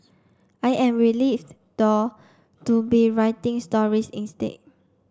i am relieved though to be writing stories instead